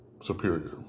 superior